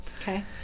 okay